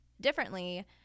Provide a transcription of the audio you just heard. differently